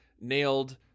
nailed